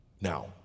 Now